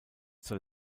zur